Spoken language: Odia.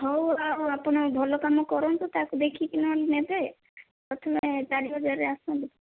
ହେଉ ଆଉ ଆପଣ ଭଲ କାମ କରନ୍ତୁ ତାକୁ ଦେଖିକି ନହେଲେ ନେବେ ପ୍ରଥମେ ଚାରିହଜାରରେ ଆସନ୍ତୁ